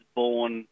born